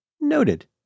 Noted